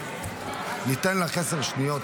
ניתן לך עשר שניות